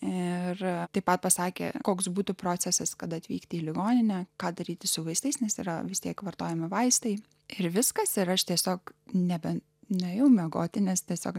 ir taip pat pasakė koks būtų procesas kada atvykti į ligoninę ką daryti su vaistais nes yra vis tiek vartojami vaistai ir viskas ir aš tiesiog nebe nuėjau miegoti nes tiesiog